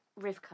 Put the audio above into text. Rivka